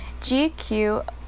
GQ